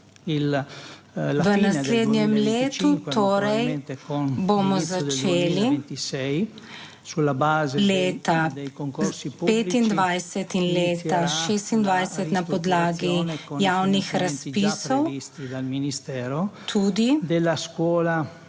V naslednjem letu torej bomo začeli, leta 2025 in leta 2026, na podlagi javnih razpisov tudi